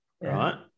Right